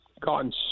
gotten